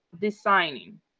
designing